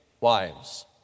wives